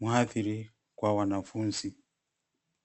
muhathiri kwa wanafunzi.